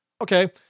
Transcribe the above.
okay